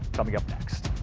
coming up next.